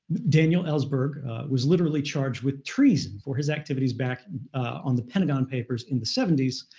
daniel ellsberg was literally charged with treason for his activities back on the pentagon papers in the seventy s.